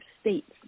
states